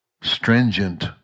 stringent